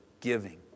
giving